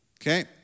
Okay